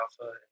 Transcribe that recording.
alpha